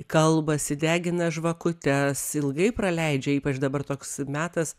kalbasi degina žvakutes ilgai praleidžia ypač dabar toks metas